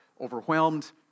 overwhelmed